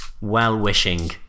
well-wishing